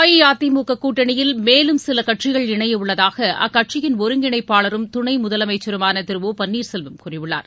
அஇஅதிமுக கூட்டணியில் மேலும் சில கட்சிகள் இணைய உள்ளதாக அக்கட்சியின் ஒருங்கிணைப்பாளரும் துணை முதலமைச்சருமான திரு ஓ பன்னீர் செல்வம் கூறியுள்ளார்